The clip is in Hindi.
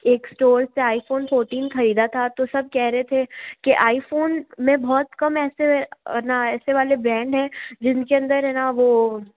एक स्टोर से आईफोन फोर्टीन फोर्टीन खरीदा था तो सब कह रहे थे की आईफ़ोन में बहुत कम ऐसे ना ऐसे वाले ब्रैंड हैं जिनके अंदर है ना वो